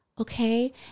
okay